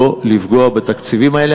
לא לפגוע בתקציבים האלה.